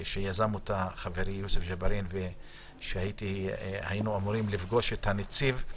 שיזם אותה חברי יוסף ג'בארין והיינו אמורים לפגוש את הנציב,